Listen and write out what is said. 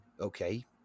Okay